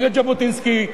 נגד ז'בוטינסקי,